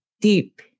deep